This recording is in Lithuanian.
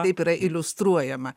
taip yra iliustruojama